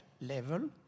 level